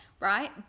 right